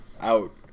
out